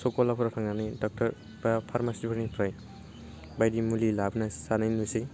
सक गलाफोरआव थांनान डाक्टर बा फार्मासिफोरनिफ्राइ बायदि मुलि लाबोना जानाय नुसै